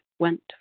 went